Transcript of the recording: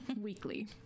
Weekly